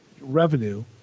revenue